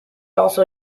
also